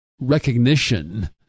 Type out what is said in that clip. recognition